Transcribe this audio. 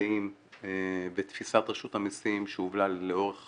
דעים בתפיסת רשות המיסים שהובלה לאורך